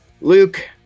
Luke